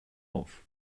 auf